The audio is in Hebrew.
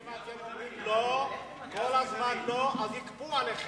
אם אתם אומרים כל הזמן לא, יכפו עליכם.